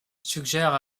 suggère